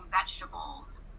vegetables